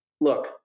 Look